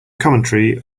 commentary